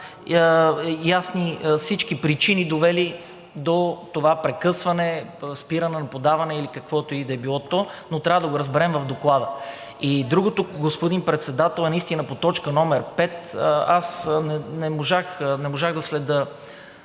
ясни всички причини, довели до това прекъсване, спиране, подаване или каквото и да е било то, но трябва да го разберем от Доклада. Другото, господин Председател, е по точка № 5. Аз не можах да следя